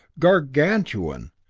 gargantuan,